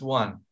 one